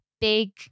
big